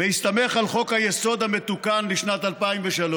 "בהסתמך על חוק-היסוד המתוקן לשנת 2003,